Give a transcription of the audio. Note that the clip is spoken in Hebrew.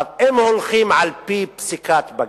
אם הולכים על-פי פסיקת בג"ץ,